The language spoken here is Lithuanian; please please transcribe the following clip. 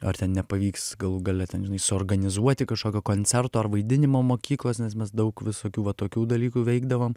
ar ten nepavyks galų gale ten žinai suorganizuoti kažkokio koncerto ar vaidinimo mokyklos nes mes daug visokių va tokių dalykų veikdavom